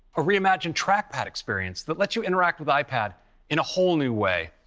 a reimagined track pad experience that lets you interact with ipad in a whole new way.